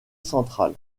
central